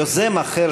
יוזם אחר,